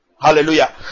Hallelujah